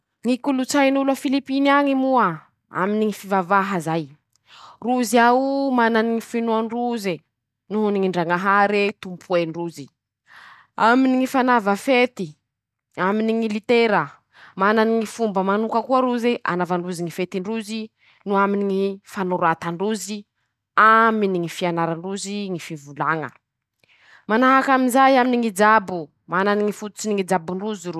Ñy kolotsain'olo a filipiny añy moa: -Aminy ñy fivavaha zay ,rozy ao o manany ñy finoan-droze noho ñy ndrañahare tompoen-drozy ;aminy ñy fanava fety ,aminy ñy litera ,manany ñy fomba manoka koa rozy anaovan-drozy ñy fetin-drozy noho aminy ñy fanoratan-drozy ,amininy ñy fianaran-drozy ñy fivolaña ;manahaky anizay aminy ñy jabo ,manany ñy fototsiny ñy jabon-drozy rozy.